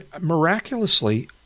miraculously